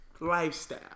Lifestyle